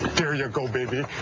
there you go baby,